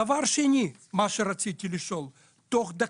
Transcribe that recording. דבר שני שרצית לשאול, תוך דקה,